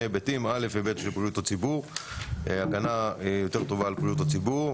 היבטים: היבט של בריאות הציבור והגנה טובה יותר על בריאות הציבור,